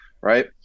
Right